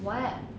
what